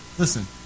Listen